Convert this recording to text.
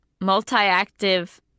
Multi-Active